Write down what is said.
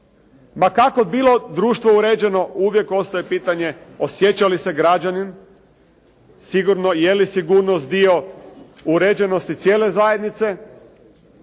ma kako bilo društvo uređeno uvijek ostaje pitanje osjeća li se građanin sigurno. Je li sigurnost dio uređenosti cijele zajednice,